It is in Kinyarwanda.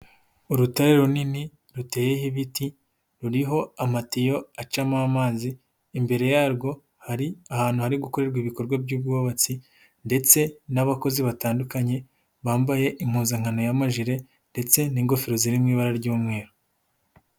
Urutare runini ruteyeho ibiti ruriho amatiyo acamo amazi, imbere yarwo hari ahantu hari gukorerwa ibikorwa by'ubwubatsi ndetse n'abakozi batandukanye bambaye impuzankano ya majire ndetse n'ingofero ziri mu ibara ry'umweru.